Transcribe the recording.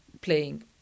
playing